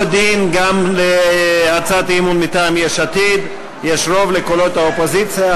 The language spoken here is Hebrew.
אותו דין גם להצעת האי-אמון מטעם יש עתיד: יש רוב לקולות האופוזיציה,